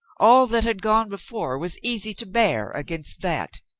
all that had gone before was easy to bear against that.